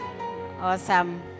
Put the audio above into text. Awesome